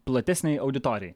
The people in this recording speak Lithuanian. platesnei auditorijai